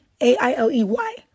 A-I-L-E-Y